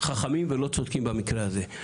חכמים ולא צודקים במקרה הזה.